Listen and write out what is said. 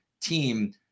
team